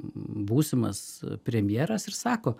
būsimas premjeras ir sako